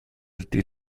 dydd